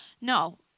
no